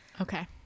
Okay